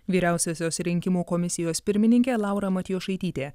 vyriausiosios rinkimų komisijos pirmininkė laura matjošaitytė